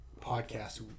podcast